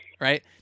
right